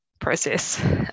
process